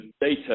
data